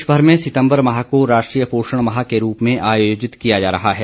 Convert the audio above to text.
प्रदेश भर में सितंबर माह को राष्ट्रीय पोषण माह के रूप में आयोजित किया जा रहा है